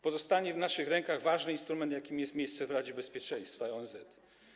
Pozostanie w naszych rękach ważny instrument, jakim jest miejsce w Radzie Bezpieczeństwa ONZ.